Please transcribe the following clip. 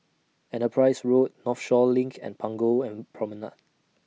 Enterprise Road Northshore LINK and Punggol and Promenade